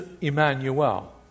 Emmanuel